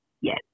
Yes